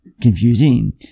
confusing